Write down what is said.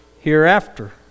hereafter